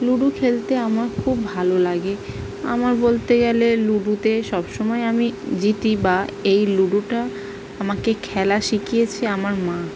ludo খেলতে আমার খুব ভালো লাগে আমার বলতে গেলে লুডোতে সব সময় আমি জিতি বা এই লুডোটা আমাকে খেলা শিখিয়েছে আমার মা